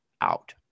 out